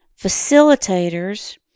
facilitators